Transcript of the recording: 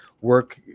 work